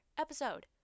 episode